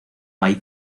mai